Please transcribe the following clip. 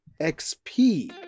XP